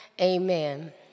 amen